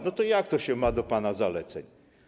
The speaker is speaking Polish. No to jak to się ma do pana zaleceń?